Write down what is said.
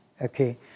Okay